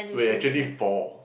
wait actually four